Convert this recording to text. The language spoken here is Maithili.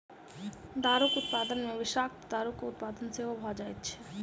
दारूक उत्पादन मे विषाक्त दारूक उत्पादन सेहो भ जाइत छै